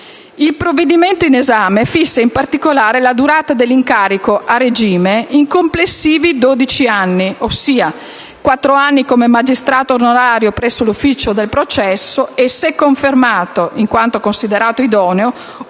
Il provvedimento in esame fissa, in particolare, la durata dell'incarico, a regime, in complessivi dodici anni (ossia quattro anni come magistrato onorario presso l'ufficio del processo e, se confermato, in quanto considerato idoneo,